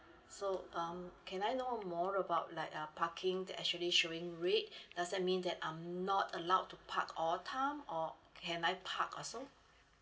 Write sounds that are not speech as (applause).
so um can I know more about like uh parking that actually showing red (breath) does that mean that I'm not allowed to park all time or can I park also